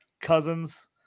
Cousins